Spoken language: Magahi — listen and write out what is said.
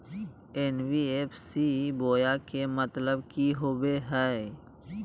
एन.बी.एफ.सी बोया के मतलब कि होवे हय?